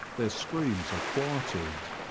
their screams are quieted.